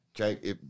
Okay